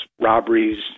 robberies